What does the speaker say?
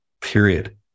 period